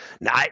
Now